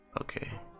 Okay